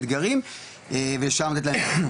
אתגרים ושם לתת להם תמיכה,